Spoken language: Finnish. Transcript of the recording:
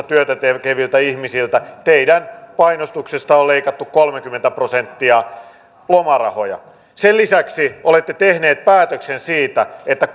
työtä tekeviltä ihmisiltä teidän painostuksesta on leikattu kolmekymmentä prosenttia lomarahoja sen lisäksi olette tehneet päätöksen siitä että